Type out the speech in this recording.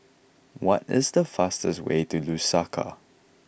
what is the fastest way to Lusaka